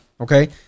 Okay